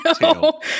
no